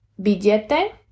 Billete